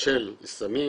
של סמים,